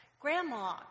Grandma